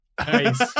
Nice